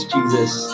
Jesus